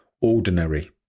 ordinary